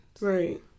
right